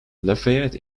lafayette